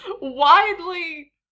Widely